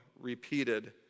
repeated